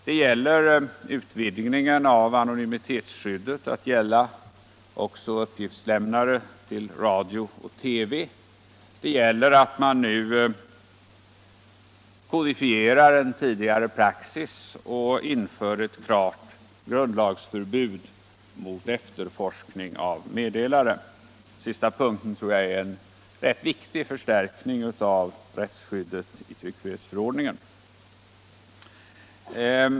Det gäller här utvidgningen av anonymitetsskyddet till att gälla också uppgiftslämnare till radio och TV, och det gäller att man kodifierar en tidigare praxis och inför ett klart grundlagsförbud mot efterforskning av meddelare. Den sista punkten tycker jag är en rätt viktig förstärkning av rättsskyddet i tryckfrihetsförordningen.